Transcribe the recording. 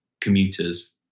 commuters